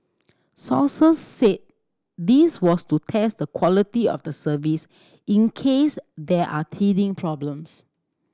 sources said this was to test the quality of the service in case there are teething problems